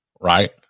right